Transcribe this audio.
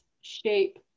shape